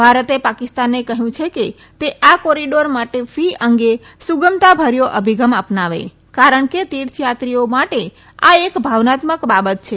ભારતે પાકિસ્તાનને કહયું છે કે તે આ કોરીડોર માટે ફી અંગે સુઘમતાભર્યો અભિગમ અપનાવે કારણ કે આ તીર્થથાત્રીઓ માટે એક ભાવનાત્મક બાબત છે